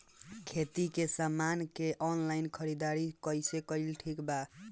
खेती के समान के ऑनलाइन खरीदारी कइल ठीक बा का?